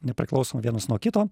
nepriklausomai vienas nuo kito